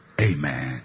Amen